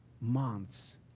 months